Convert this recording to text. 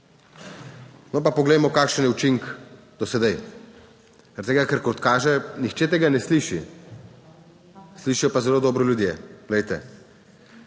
No, pa poglejmo kakšen je učinek do sedaj, zaradi tega, ker kot kaže nihče tega ne sliši, slišijo pa zelo dobro ljudje. Poglejte,